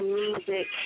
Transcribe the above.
music